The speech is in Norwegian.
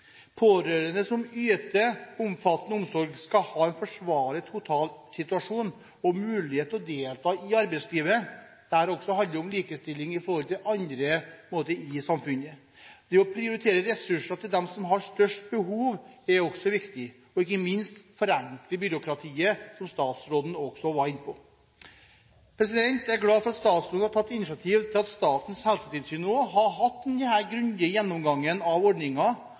Pårørende som yter omfattende omsorg, skal ha en forsvarlig totalsituasjon og mulighet til å delta i arbeidslivet. Også der handler det om likestilling i forhold til andre i samfunnet. Det å prioritere ressurser til dem som har størst behov, er også viktig, og ikke minst er det viktig å forenkle byråkratiet, som også statsråden var inne på. Jeg er glad for at statsråden har tatt initiativ til at Statens helsetilsyn nå har hatt denne grundige gjennomgangen av